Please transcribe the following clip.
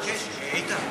רגע,